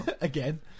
Again